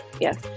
Yes